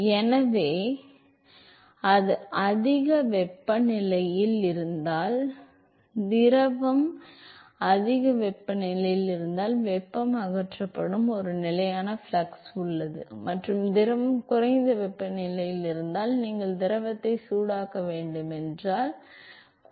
எனவே அது அதிக வெப்பநிலையில் இருந்தால் திரவம் அதிக வெப்பநிலையில் இருந்தால் வெப்பம் அகற்றப்படும் ஒரு நிலையான ஃப்ளக்ஸ் உள்ளது மற்றும் திரவம் குறைந்த வெப்பநிலையில் இருந்தால் நீங்கள் திரவத்தை சூடாக்க வேண்டும் என்றால் அது இருக்கலாம்